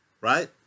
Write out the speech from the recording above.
right